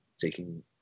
taking